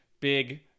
big